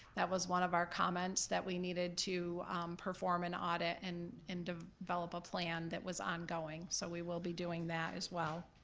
that was one of the comments that we needed to perform an audit and and ah develop a plan that was ongoing. so we will be doing that as well.